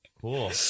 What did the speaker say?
Cool